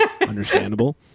Understandable